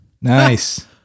Nice